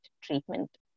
treatment